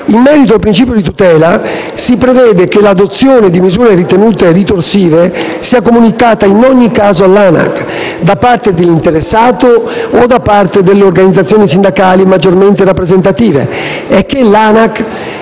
In merito al principio di tutela, si prevede che l'adozione di misure ritenute ritorsive sia comunicata in ogni caso all'ANAC, da parte dell'interessato o delle organizzazioni sindacali maggiormente rappresentative,